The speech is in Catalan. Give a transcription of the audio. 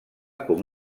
com